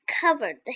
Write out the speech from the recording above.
covered